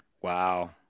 Wow